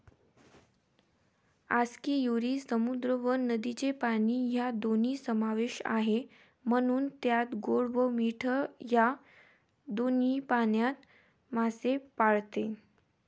आस्कियुरी समुद्र व नदीचे पाणी या दोन्ही समावेश आहे, म्हणून त्यात गोड व मीठ या दोन्ही पाण्यात मासे पाळते